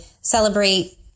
celebrate